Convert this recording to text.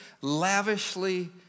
lavishly